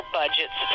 budgets